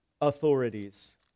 authorities